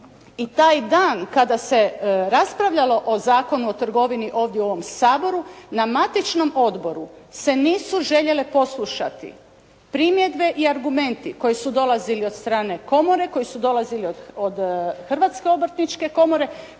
i taj dan kada se raspravljalo o zakonu o trgovini ovdje u ovom Saboru na matičnom odboru se nisu željele poslušati primjedbe i argumenti koji su dolazili od strane komore, koji su dolazili od Hrvatske obrtničke komore,